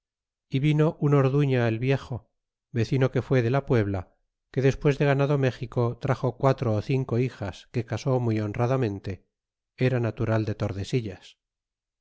y vino un orduña el viejo vecino que fue de la puebla que despues de ganado méxico traxo quatro ó cinco hijas que casó muy honradamente era natural de tordesillas